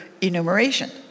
enumeration